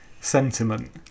sentiment